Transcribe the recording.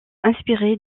inspiré